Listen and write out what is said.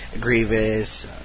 Grievous